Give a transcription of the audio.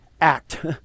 act